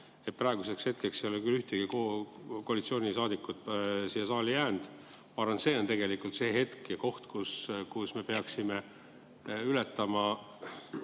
on. Praeguseks hetkeks ei ole küll ühtegi koalitsioonisaadikut saali jäänud. Ma arvan, et see on tegelikult see hetk ja koht, kus me peaksime ületama